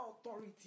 authority